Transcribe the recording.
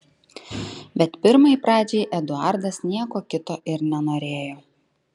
bet pirmai pradžiai eduardas nieko kito ir nenorėjo